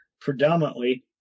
predominantly